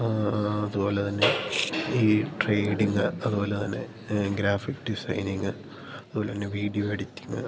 ആ ആ അതു പോലെ തന്നെ ഈ ട്രേഡിംഗ് അതു പോലെ തന്നെ ഗ്രാഫിക് ഡിസൈനിംഗ് അതു പോലെ തന്നെ വീഡിയോ എഡിറ്റിംഗ്